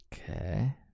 Okay